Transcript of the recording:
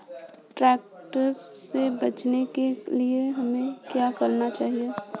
Tax से बचने के लिए हमें क्या करना चाहिए?